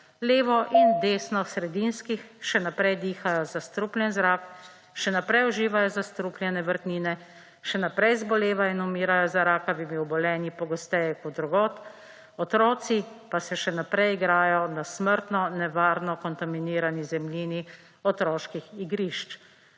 levo- in desnosredinskih, še naprej dihajo zastrupljen zrak, še naprej uživajo zastrupljene vrtnine, še naprej zbolevajo in umirajo za rakavimi obolenji pogosteje kot drugod, otroci pa se še naprej igrajo na smrtno nevarni kontaminirani zemljini otroških igrišč.